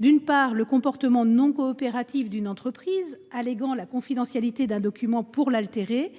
d’une part, le comportement non coopératif d’une entreprise alléguant la confidentialité d’un document pour l’altérer